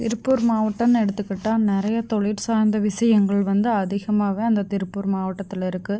திருப்பூர் மாவட்டம்னு எடுத்துக்கிட்டால் நிறைய தொழில் சார்ந்த விஷயங்கள் வந்து அதிகமாகதான் அந்த திருப்பூர் மாவட்டத்தில் இருக்குது